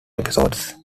episodes